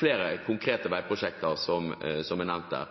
flere konkrete veiprosjekter, som er nevnt der.